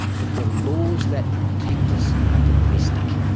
but the laws that protect us are domestic,